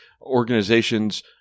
organizations